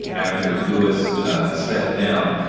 after louis stepped down.